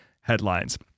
headlines